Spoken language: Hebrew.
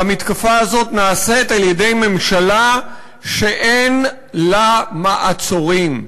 והמתקפה הזאת נעשית על-ידי ממשלה שאין לה מעצורים.